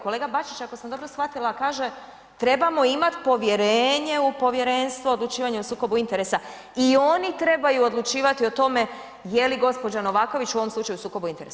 Kolega Bačić ako sam dobro shvatila kaže, trebamo imati povjerenje u Povjerenstvo o odlučivanju o sukobu interesa i oni trebaju odlučivati o tome jeli gospođa Novaković u ovom slučaju u sukobu interesa.